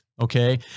Okay